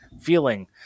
feeling